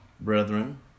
brethren